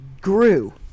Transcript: grew